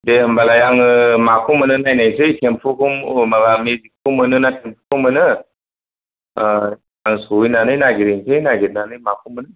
दे होनबालाय आङो माखौ मोनो नायनोसै थेम्फुखौ माबा मेजिकखौ मोनो ना थेम्फुखौ मोनो सहैनानै नागिरहैनोसै नागिरनानै माखौ मोनो